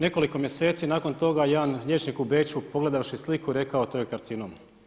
Nekoliko mjeseci nakon toga jedan liječnik u Beču pogledavši sliku je rekao to je karcinom.